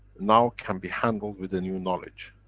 now can be handled with the new knowledge.